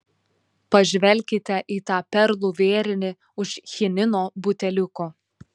pažvelkite į tą perlų vėrinį už chinino buteliuko